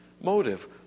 motive